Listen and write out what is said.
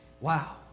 wow